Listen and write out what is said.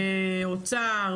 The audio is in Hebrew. אוצר,